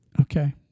Okay